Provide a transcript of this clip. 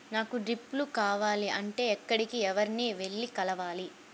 నాకు డ్రిప్లు కావాలి అంటే ఎక్కడికి, ఎవరిని వెళ్లి కలవాలి?